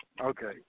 Okay